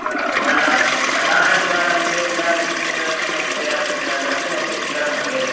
ह पुनः प्रधानद्वारं चेत् तदा किञ्चित् सम्यक्तया तत्र द्रष्टुमपि सुन्दरं भवेत्